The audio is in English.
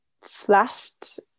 flashed